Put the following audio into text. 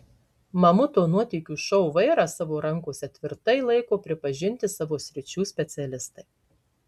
mamuto nuotykių šou vairą savo rankose tvirtai laiko pripažinti savo sričių specialistai